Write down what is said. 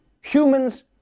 humans